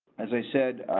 as i said,